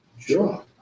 Sure